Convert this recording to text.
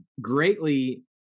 greatly